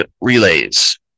relays